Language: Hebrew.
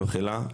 במחילה,